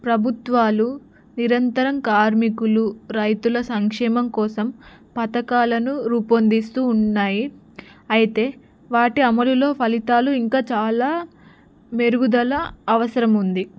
ప్రభుత్వాలు నిరంతరం కార్మికులు రైతుల సంక్షేమం కోసం పథకాలను రూపొందిస్తూ ఉన్నాయి అయితే వాటి అమలులో ఫలితాలు ఇంకా చాలా మెరుగుదల అవసరం ఉంది